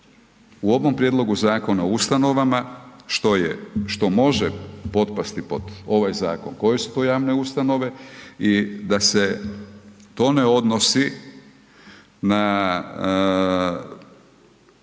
u ovom Prijedlogu Zakona o ustanovama što može potpasti pod ovaj zakon, koje su to javne ustanove i da se to ne odnosi na